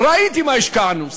ראיתי מה השקענו.